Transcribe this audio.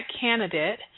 candidate